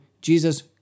Jesus